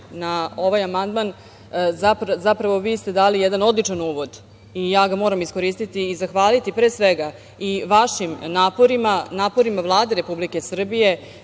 na ovaj amandman, zapravo, vi ste dali jedan odličan uvod i ja ga moram iskoristiti i zahvaliti, pre svega i vašim naporima, naporima Vlade Republike Srbije,